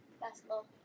Basketball